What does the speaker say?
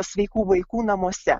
sveikų vaikų namuose